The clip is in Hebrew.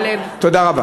תודה.